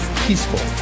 peaceful